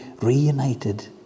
reunited